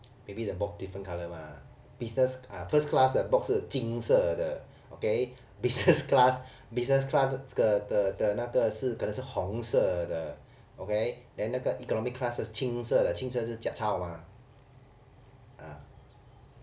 maybe the box different colour mah business ah first class box 是金色的 okay business class business class 的的的那个是可能是红色的 okay then 那个 economic class 的青色的青色是 jiak cao ah